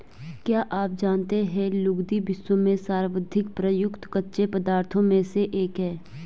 क्या आप जानते है लुगदी, विश्व में सर्वाधिक प्रयुक्त कच्चे पदार्थों में से एक है?